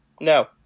no